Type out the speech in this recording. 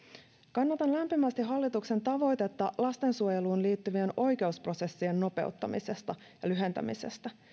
kannatan lämpimästi hallituksen tavoitetta lastensuojeluun liittyvien oikeusprosessien nopeuttamisesta ja lyhentämisestä